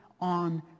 on